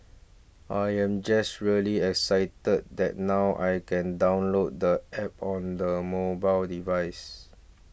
I am just really excited that now I can download the App on the mobile devices